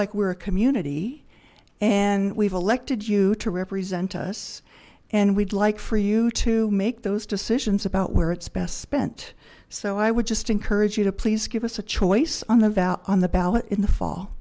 like we're a community and we've elected you to represent us and we'd like for you to make those decisions about where it's best spent so i would just encourage you to please give us a choice on the valve on the ballot in the fall